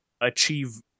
achieve